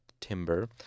timber